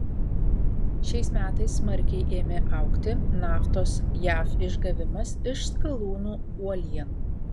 šiais metais smarkiai ėmė augti naftos jav išgavimas iš skalūnų uolienų